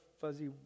fuzzy